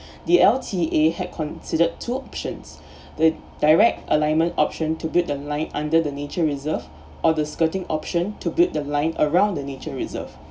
the L_T_A had considered two options the direct alignment option to build the line under the nature reserve or the skirting option to build the line around the nature reserve